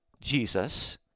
Jesus